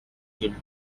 killed